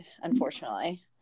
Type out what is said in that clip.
unfortunately